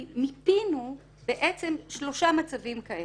מיפינו בעצם שלושה מצבים כאלה.